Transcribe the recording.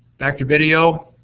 back to video.